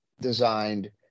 designed